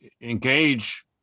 engage